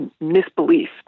misbelief